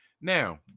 Now